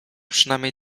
przynajmniej